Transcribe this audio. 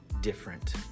different